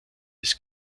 des